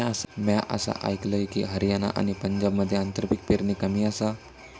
म्या असा आयकलंय की, हरियाणा आणि पंजाबमध्ये आंतरपीक पेरणी कमी आसा